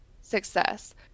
success